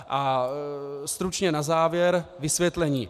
A stručně na závěr vysvětlení.